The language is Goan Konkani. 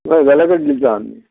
हय जाल्या चड दिता आमी